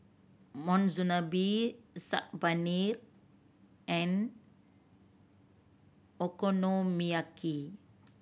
Monsunabe Saag Paneer and Okonomiyaki